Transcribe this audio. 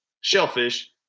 shellfish